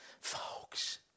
Folks